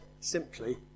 simply